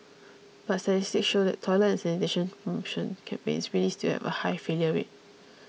but statistics show that toilet and sanitation promotion campaigns really still have a high failure rate